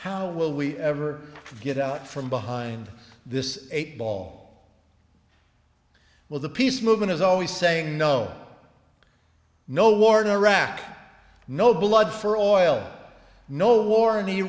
how will we ever get out from behind this eight ball well the peace movement is always saying no no war no rack no blood for oil no war